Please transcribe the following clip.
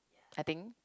I think